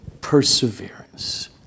perseverance